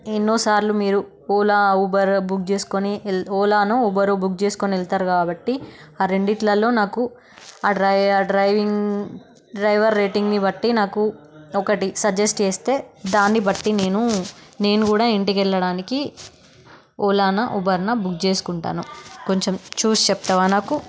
ఎన్నోసార్లు మీరు Ola Uber book చేసుకుని ఓలానో ఊబరో బుక్ చేసుకుని వెళ్తారు కాబట్టి ఆ రెండిటిలల్లో నాకు ఆ డ్రైవింగ్ డ్రైవర్ రేటింగ్ని బట్టి నాకు ఒకటి సజస్ట్ చేస్తే దాన్ని బట్టి నేను నేను కూడా ఇంటికి వెళ్ళడానికి ఓలానా ఊబర్నా బుక్ చేసుకుంటాను కొంచెం చూసి చెప్తావా నాకు